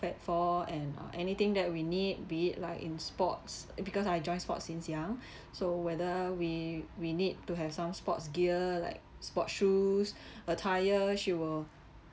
fed for and uh anything that we need be in like in sports because I join sports since young so whether we we need to have some sports gear like sports shoes attire she will